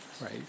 right